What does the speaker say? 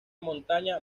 montaña